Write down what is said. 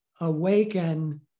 awaken